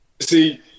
See